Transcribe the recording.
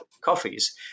coffees